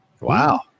Wow